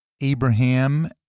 Abraham